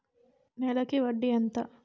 నెలకి వడ్డీ ఎంత?